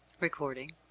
Recording